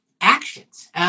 actions